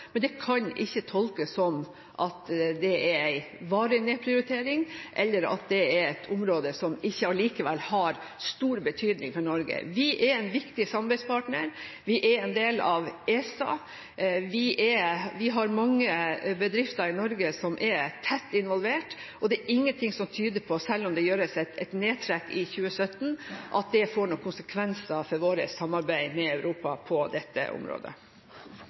Det kan ikke tolkes sånn at det er en varig nedprioritering, eller at det er et område som ikke likevel har stor betydning for Norge. Vi er en viktig samarbeidspartner, vi er en del av ESA, vi har mange bedrifter i Norge som er tett involvert, og det er ingenting som tyder på – selv om det gjøres et nedtrekk i 2017 – at det får noen konsekvenser for vårt samarbeid med Europa på dette området.